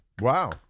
Wow